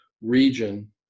region